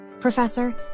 Professor